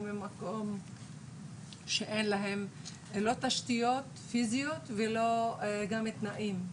ממקום שאין להם לא תשתיות פיזיות וגם לא תנאים.